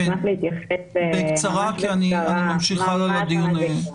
בקצרה, כי אני ממשיך הלאה לדיון.